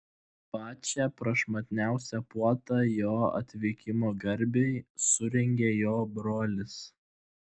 pačią prašmatniausią puotą jo atvykimo garbei surengė jo brolis